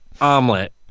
omelet